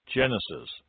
Genesis